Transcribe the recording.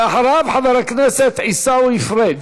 ולאחריו, חבר הכנסת עיסאווי פריג'.